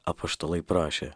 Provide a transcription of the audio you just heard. apaštalai prašė